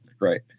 Right